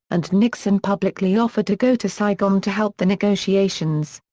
and nixon publicly offered to go to saigon to help the negotiations.